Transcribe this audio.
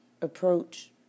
approach